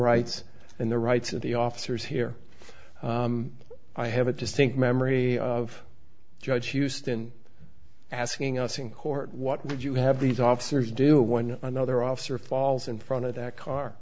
rights and the rights of the officers here i have a distinct memory of judge houston asking us in court what would you have these officers do one another officer falls in front of that car